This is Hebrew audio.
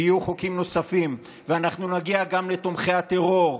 ויהיו חוקים נוספים, ואנחנו נגיע גם לתומכי הטרור,